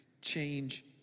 Change